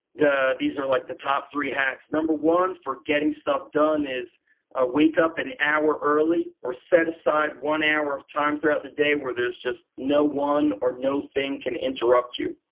these are like the top three hacks. number one for getting stuff done is ah wake up an hour early or set aside one hour time throughout the day where there's just no one or no thing can interrupt you.